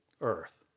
Earth